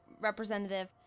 representative